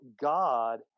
God